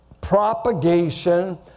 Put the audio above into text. propagation